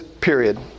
period